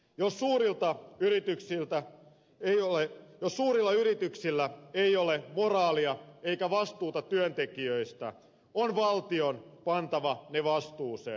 jos suurilla yrityksillä ei ole moraalia eikä vastuuta työntekijöistä on valtion pantava ne vastuuseen